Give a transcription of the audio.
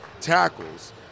tackles